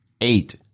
eight